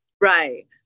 Right